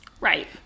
right